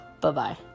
Bye-bye